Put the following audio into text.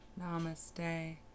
Namaste